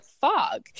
fog